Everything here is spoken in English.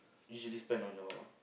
usually spend on your